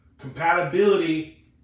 Compatibility